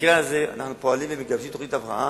במקרה הזה אנחנו פועלים ומגבשים תוכנית הבראה.